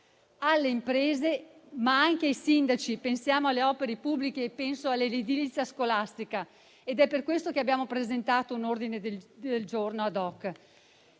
alle imprese, ma anche ai sindaci. Pensiamo alle opere pubbliche, in particolare penso all'edilizia scolastica: è per questo che abbiamo presentato un ordine del giorno *ad hoc*.